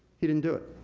he didn't do it,